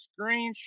screenshot